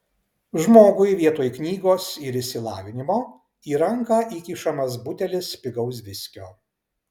žmogui vietoj knygos ir išsilavinimo į ranką įkišamas butelis pigaus viskio